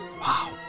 Wow